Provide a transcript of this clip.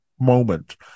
moment